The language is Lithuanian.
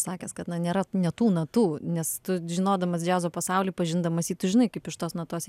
sakęs kad na nėra ne tų natų nes tu žinodamas džiazo pasaulį pažindamas jį tu žinai kaip iš tos natos